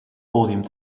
podium